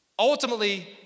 Ultimately